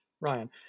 Ryan